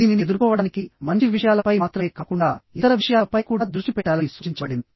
దీనిని ఎదుర్కోవడానికి మంచి విషయాల పై మాత్రమే కాకుండా ఇతర విషయాల పై కూడా దృష్టి పెట్టాలని సూచించబడింది